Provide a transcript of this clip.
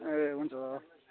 ए हुन्छ